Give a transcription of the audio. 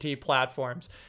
platforms